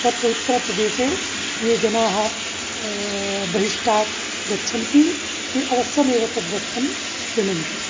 तत्र उत्तरप्रदेशे ये जनाः बहिस्थात् गच्छन्ति ते अवश्यमेव तत् वस्त्रं क्रीणन्ति